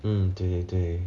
hmm 对对对